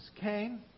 came